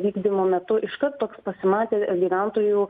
vykdymo metu iš karto pasimatė gyventojų